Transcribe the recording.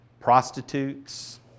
prostitutes